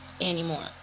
anymore